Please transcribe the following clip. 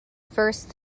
first